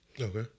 Okay